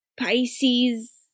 Pisces